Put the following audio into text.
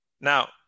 Now